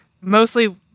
mostly